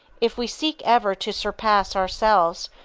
if we seek ever to surpass ourselves,